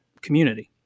community